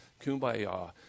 kumbaya